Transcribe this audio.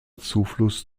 zufluss